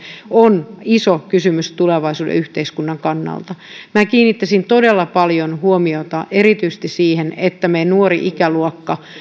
on iso kysymys tulevaisuuden yhteiskunnan kannalta minä kiinnittäisin todella paljon huomiota erityisesti siihen että meidän nuori ikäluokka